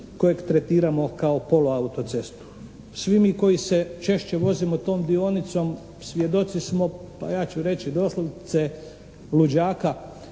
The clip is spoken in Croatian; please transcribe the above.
kojeg tretirao kao poluautocestu. Svi mi koji se češće vozimo tom dionicom svjedoci smo pa ja ću reći doslovce luđaka